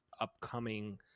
upcoming